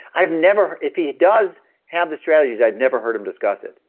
i've never, if he does have the strategies, i've never heard him discuss it,